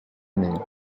année